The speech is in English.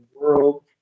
World